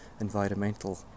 environmental